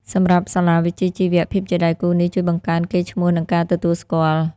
សម្រាប់សាលាវិជ្ជាជីវៈ ភាពជាដៃគូនេះជួយបង្កើនកេរ្តិ៍ឈ្មោះ និងការទទួលស្គាល់។